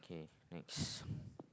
okay next